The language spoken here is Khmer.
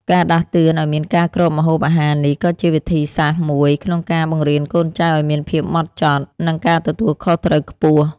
ការដាស់តឿនឱ្យមានការគ្របម្ហូបអាហារនេះក៏ជាវិធីសាស្រ្តមួយក្នុងការបង្រៀនកូនចៅឱ្យមានភាពហ្មត់ចត់ និងការទទួលខុសត្រូវខ្ពស់។